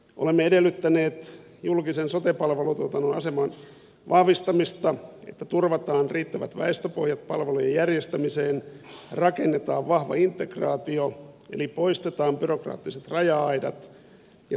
olemme edellyttäneet julkisen sote palvelutuotannon aseman vahvistamista että turvataan riittävät väestöpohjat palvelujen järjestämiseen rakennetaan vahva integraatio eli poistetaan byrokraattiset raja aidat ja turvataan lähipalvelut